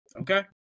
Okay